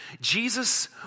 Jesus